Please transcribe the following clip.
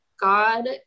God